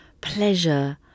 pleasure